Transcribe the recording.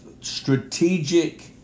strategic